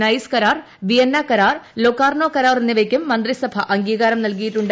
nice കരാർ Vienna കരാർ Locarno കരാർ എന്നിവയ്ക്കും മന്ത്രിസഭ അംഗീകാരം നല്കിയിട്ടുണ്ട്